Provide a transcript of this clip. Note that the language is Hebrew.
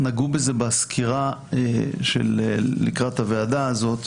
נגעו בזה בסקירה לקראת הוועדה הזאת.